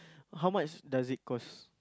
how much does it cost